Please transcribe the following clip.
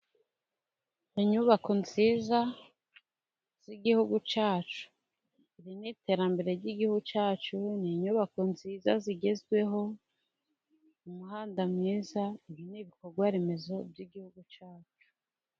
Inyubako nziza z'igihugu cyacu. Iri ni iterambere ry'Igihugu cyacu, ni inyubako nziza zigezweho, umuhanda mwiza, ibi ni ibikorwa remezo by'Igihugu cyacu.